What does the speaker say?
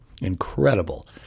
incredible